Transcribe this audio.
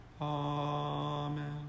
Amen